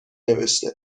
نوشته